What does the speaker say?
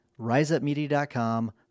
RiseUpMedia.com